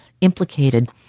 implicated